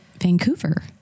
Vancouver